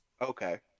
Okay